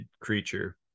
creature